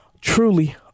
truly